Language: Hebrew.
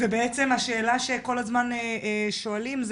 והשאלה שכל הזמן שואלים היא